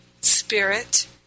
spirit